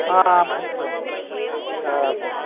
हा हा बरं बरं चालेल